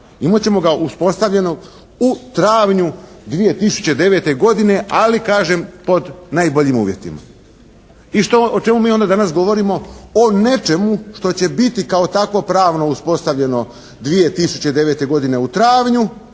Imat ćemo ga uspostavljenog u travnju 2009. godine, ali kažem pod najboljim uvjetima. I što, o čemu mi onda danas govorimo? O nečemu što će biti kao takvo pravno uspostavljeno 2009. godine u travnju